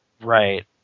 Right